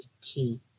key